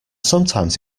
sometimes